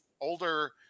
older